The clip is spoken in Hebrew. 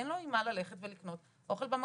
אין לו עם מה ללכת ולקנות אוכל במכולת.